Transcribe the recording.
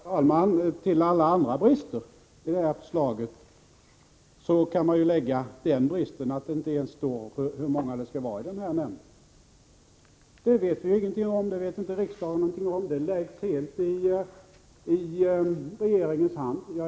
Herr talman! Till alla andra brister i det här förslaget kan läggas den bristen att det inte ens står hur många ledamöter det skall vara i nämnden. Det vet inte riksdagen någonting om, utan det läggs helt i regeringens hand.